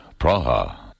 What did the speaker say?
Praha. (